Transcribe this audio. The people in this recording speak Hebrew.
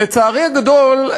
לצערי הגדול,